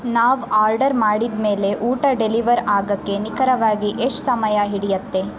ನಾವು ಆರ್ಡರ್ ಮಾಡಿದ ಮೇಲೆ ಊಟ ಡೆಲಿವರ್ ಆಗೋಕ್ಕೆ ನಿಖರವಾಗಿ ಎಷ್ಟು ಸಮಯ ಹಿಡಿಯುತ್ತೆ